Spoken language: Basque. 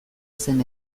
zen